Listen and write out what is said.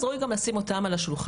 אז ראוי לשים גם אותם על השולחן.